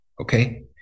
okay